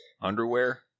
underwear